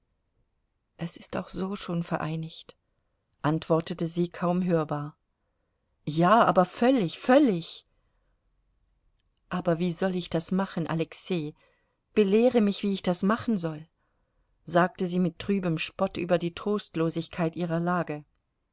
es ist auch so schon vereinigt antwortete sie kaum hörbar ja aber völlig völlig aber wie soll ich das machen alexei belehre mich wie ich das machen soll sagte sie mit trübem spott über die trostlosigkeit ihrer lage